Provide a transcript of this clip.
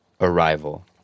Arrival